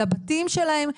לבתים שלהם,